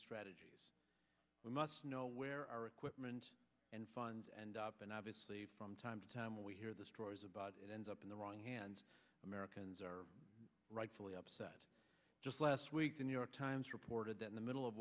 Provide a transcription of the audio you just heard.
strategies we must know where our equipment and funds and up and obviously from time to time we hear the stories about it ends up in the wrong hands americans are rightfully upset just last week the new york times reported that in the middle of